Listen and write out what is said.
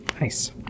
Nice